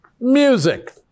music